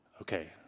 okay